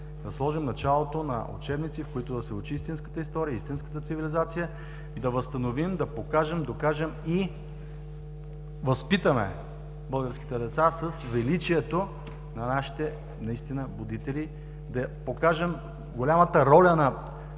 да сложим началото на учебници, в които да се учи истинската история, истинската цивилизация. Да възстановим, да покажем, докажем и възпитаме българските деца с величието на нашите будители, да покажем голямата роля,